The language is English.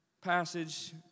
passage